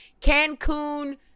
Cancun